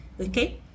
okay